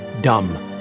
dumb